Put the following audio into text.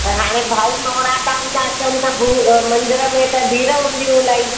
त हाणे भाउ नौ राता बि था अचनि त बू मंदिर में त भीड़ हूंदी इलाही